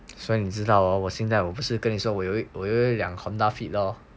所以你知道我现在不是跟你说我有一辆 Honda fit lor